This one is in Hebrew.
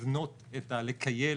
"לכייל",